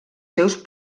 seus